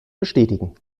bestätigen